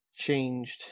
changed